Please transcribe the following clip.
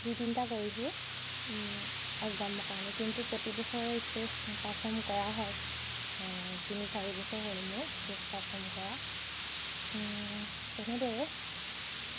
দুই তিনিটা কৰিছোঁ একজামৰ কাৰণে কিন্তু প্ৰতি বছৰে ষ্টেজ পাৰফৰ্ম কৰা হয় তিনি চাৰি বছৰ হ'ল মোৰ ষ্টেজ পাৰফৰ্ম কৰা তেনেদৰে